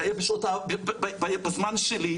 זה היה בזמן שלי,